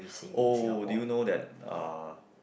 oh do you know that ah